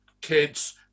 kids